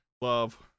love